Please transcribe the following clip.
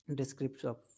description